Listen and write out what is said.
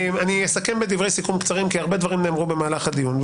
אסכם בדברי סיכום קצרים כי הרבה דברים נאמרו במהלך הדיון.